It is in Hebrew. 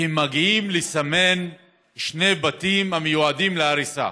שהם מגיעים לסמן שני בתים המיועדים להריסה.